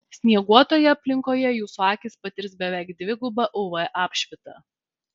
snieguotoje aplinkoje jūsų akys patirs beveik dvigubą uv apšvitą